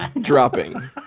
Dropping